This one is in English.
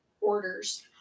orders